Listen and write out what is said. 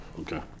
Okay